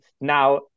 now